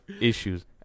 issues